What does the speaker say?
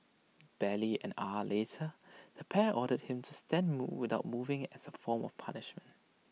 barely an hour later the pair ordered him to stand without moving as A form of punishment